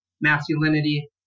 masculinity